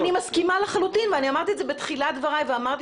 אני מסכימה לחלוטין ואמרתי את זה בתחילת דבריי ואמרתי